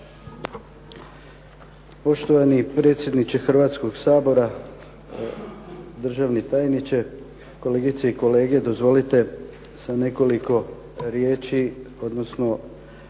Poštovani predsjedniče Hrvatskoga Sabora, državni tajniče, kolegice i kolege. Dozvolite sa nekoliko riječi odnosno